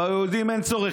ביהודים אין צורך,